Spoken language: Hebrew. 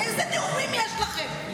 איזה נאומים יש לכם?